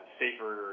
safer